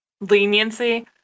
leniency